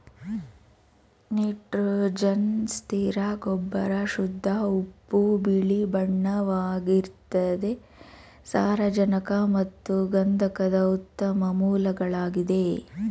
nitrogen ಸ್ಥಿರ ಗೊಬ್ಬರ ಶುದ್ಧ ಉಪ್ಪು ಬಿಳಿಬಣ್ಣವಾಗಿರ್ತದೆ ಸಾರಜನಕ ಮತ್ತು ಗಂಧಕದ ಉತ್ತಮ ಮೂಲಗಳಾಗಿದೆ